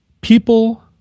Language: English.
people